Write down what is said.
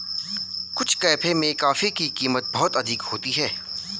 कुछ कैफे में कॉफी की कीमत बहुत अधिक होती है